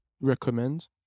recommend